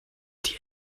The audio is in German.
die